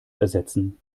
ersetzen